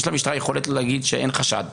יש למשטרה יכולת להגיד שאין חשד ולסגור,